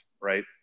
right